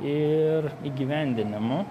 ir įgyvendinimu